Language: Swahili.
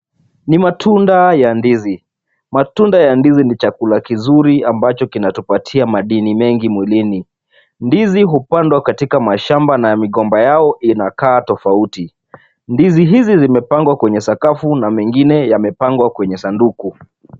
Ni matunda ya ndizi. Matunda ya ndizi ni chakula kizuri ambacho kinatupatia madini mengi mwilini. Ndizi hupandwa katika mashamba na migomba yao inakaa tofauti. Ndizi hizi zimepangwa kwenye sakafu na mengine yamepangwa kwenye sanduku.